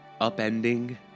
upending